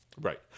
Right